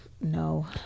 No